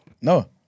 No